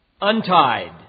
untied